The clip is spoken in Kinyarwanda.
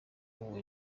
uwo